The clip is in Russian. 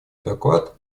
доклад